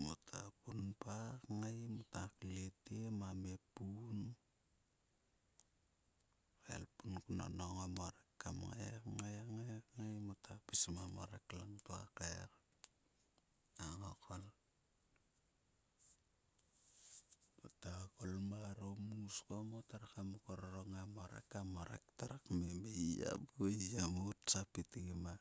Mota punpa kngai, mota kle te mamepun elpun knonho o merek kam ngai kngaimota pis ma morek langto a kaer, a ngokol mota kol maulo mus ko motre kam korong a morek. A morek tve kmem e yiya mou. E yiya moutsap itgi ma.